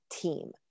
team